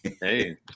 Hey